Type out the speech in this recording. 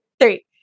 three